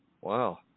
wow